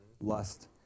lust